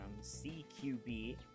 CQB